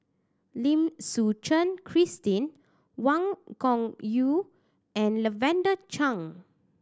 Lim Suchen Christine Wang Gungwu and Lavender Chang